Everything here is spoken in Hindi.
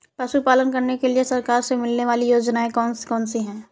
पशु पालन करने के लिए सरकार से मिलने वाली योजनाएँ कौन कौन सी हैं?